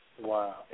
Wow